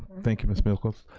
thank you, miss miklos.